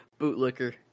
bootlicker